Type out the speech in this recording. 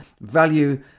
value